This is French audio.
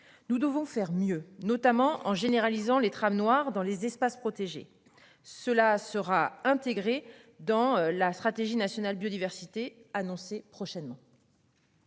Nous devons faire mieux notamment en généralisant les trams noirs dans les espaces protégés. Cela sera intégrée dans la stratégie nationale biodiversité annoncer prochainement.